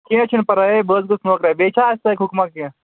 کیٚنہہ چھُنہٕ پرواے ہے بہٕ حظ گۄوُس نوکرہ بیٚیہِ چھا اَسہِ لایِق حُکمہ کیٚنہہ